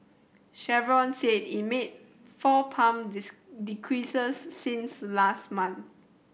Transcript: Chevron said it made four pump decreases since last month